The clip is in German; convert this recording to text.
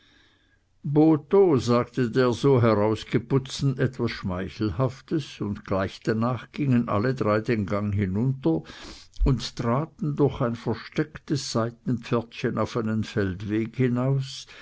botho sagte der so herausgeputzten etwas schmeichelhaftes und gleich danach gingen alle drei den gang hinunter und traten durch ein verstecktes seitenpförtchen auf einen feldweg hinaus